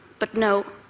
but no.